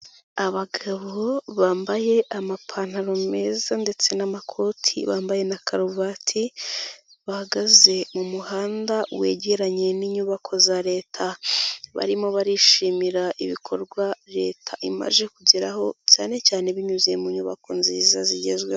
Abagabo bambaye amapantaro meza ndetse n'amakoti, bambaye na karuvati, bahagaze mu muhanda wegeranye n'inyubako za leta. Barimo barishimira ibikorwa leta imaze kugeraho cyane cyane binyuze mu nyubako nziza zigezweho.